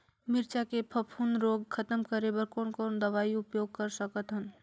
मिरचा के फफूंद रोग खतम करे बर कौन कौन दवई उपयोग कर सकत हन?